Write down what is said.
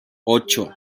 ocho